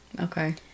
Okay